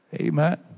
Amen